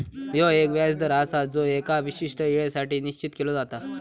ह्यो एक व्याज दर आसा जो एका विशिष्ट येळेसाठी निश्चित केलो जाता